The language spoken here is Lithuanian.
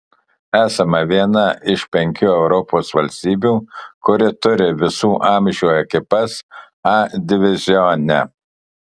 esame viena iš penkių europos valstybių kuri turi visų amžių ekipas a divizione